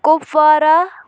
Kupwara